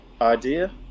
idea